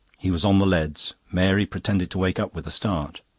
he was on the leads. mary pretended to wake up with a start.